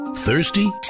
thirsty